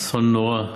אסון נורא,